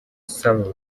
sunrise